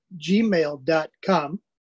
gmail.com